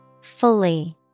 Fully